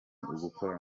ugukora